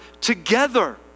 together